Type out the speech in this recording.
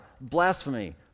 blasphemy